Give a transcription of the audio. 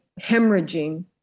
hemorrhaging